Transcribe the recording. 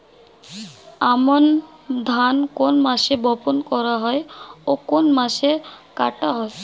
আমন ধান কোন মাসে বপন করা হয় ও কোন মাসে কাটা হয়?